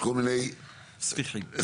בכל פרויקט גדול יש כל מיני ספיחים קטנים.